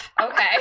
Okay